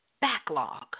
backlog